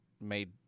made